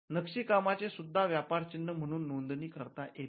नक्षी कामाचे सुद्धा व्यापार चिन्ह म्हणून नोंदणी करता येते